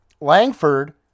Langford